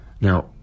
Now